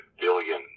billion